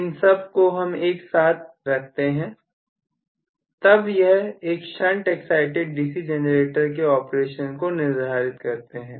इन सब को जब हम एक साथ रखते हैं तब यह एक शंट एक्साइटिड डीसी जनरेटर के ऑपरेशन को निर्धारित करते हैं